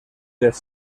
les